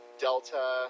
Delta